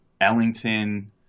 Ellington